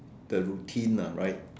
the routine ah right